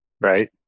right